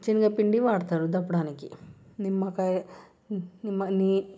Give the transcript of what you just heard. శనగపిండి వాడుతారు దప్పడానికి నిమ్మకాయ నిమ్మ నీ